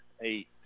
eight